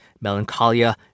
Melancholia